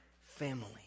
family